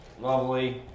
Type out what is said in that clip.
lovely